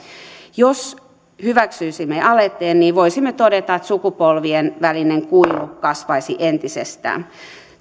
jos hyväksyisimme aloitteen niin voisimme todeta että sukupolvien välinen kuilu kasvaisi entisestään